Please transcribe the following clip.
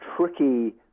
tricky